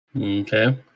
Okay